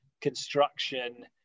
construction